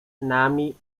nami